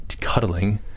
cuddling